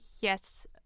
yes